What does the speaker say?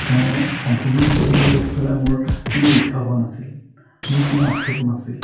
তেওঁ সম্পূৰ্ণ ছবিবোৰ দেখি পেলাই মোৰ কোনো ঈৰ্ষা হোৱা নাছিল মোৰ কোনো আক্ষেপো নাছিল